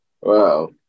Wow